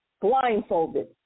blindfolded